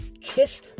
kiss